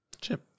Chip